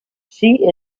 she